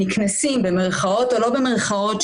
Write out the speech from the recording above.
במרכאות או לא במרכאות,